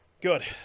Good